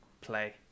play